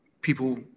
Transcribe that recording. people